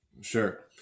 Sure